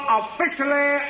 officially